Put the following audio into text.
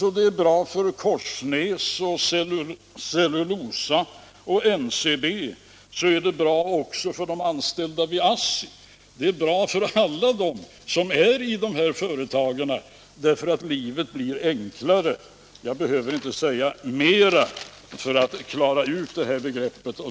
Går det bra för Korsnäs och Cellulosa och NCB, så går det bra också för de anställda vid ASSI. Det är bra för alla dem som finns i de här företagen, och livet blir enklare. Jag behöver inte säga mera för att klara ut begreppen.